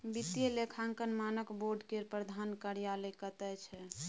वित्तीय लेखांकन मानक बोर्ड केर प्रधान कार्यालय कतय छै